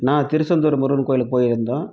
நான் திருச்செந்தூர் முருகன் கோயிலுக்கு போயிருந்தேன்